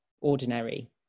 ordinary